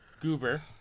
Goober